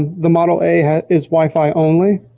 the model a is wifi only.